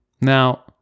Now